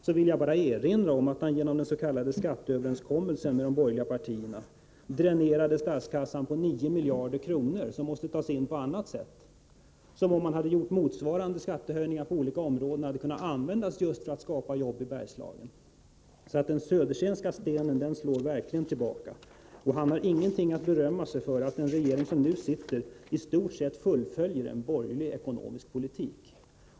Jag vill då bara erinra om att man genom den s.k. skatteöverenskommelsen med de borgerliga partierna så att säga dränerade statskassan på 9 miljarder kronor, som måste tas in på annat sätt. De pengarna hade, om man hade gjort motsvarande skattehöjningar på olika områden, kunnat användas just för att skapa jobb i Bergslagen. Den Söderstenska stenen slår alltså verkligen tillbaka. Bo Södersten har således ingen anledning att berömma sig av att nuvarande regering i stort sett fullföljer en borgerlig ekonomisk politik.